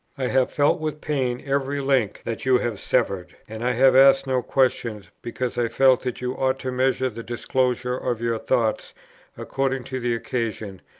i have felt with pain every link that you have severed, and i have asked no questions, because i felt that you ought to measure the disclosure of your thoughts according to the occasion,